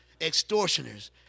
extortioners